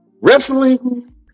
wrestling